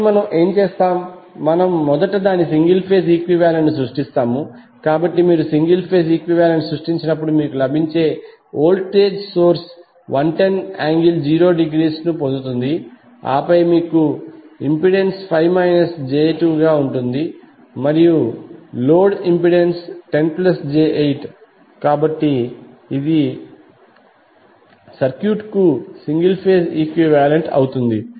కాబట్టి మనం ఏమి చేస్తాం మొదట దాని సింగిల్ ఫేజ్ ఈక్వివాలెంట్ ను సృష్టిస్తాము కాబట్టి మీరు సింగిల్ ఫేజ్ ఈక్వివాలెంట్ సృష్టించినప్పుడు మీకు లభించే వోల్టేజ్ సోర్స్ 110∠0°ను పొందుతుంది ఆపై మీకు ఇంపెడెన్స్ 5 j2 ఉంటుంది మరియు మళ్ళీ లోడ్ ఇంపెడెన్స్ 10j8 కాబట్టి ఇది ఈ సర్క్యూట్కు సింగిల్ ఫేజ్ ఈక్వివాలెంట్ అవుతుంది